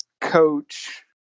coach